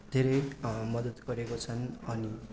धेरै मदद गरेको छन् अनि